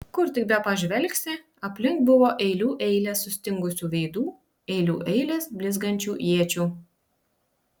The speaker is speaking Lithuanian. kur tik bepažvelgsi aplink buvo eilių eilės sustingusių veidų eilių eilės blizgančių iečių